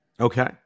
Okay